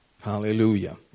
Hallelujah